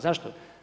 Zašto?